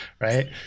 Right